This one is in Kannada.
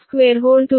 08662 6